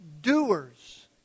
doers